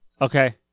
Okay